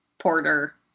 Porter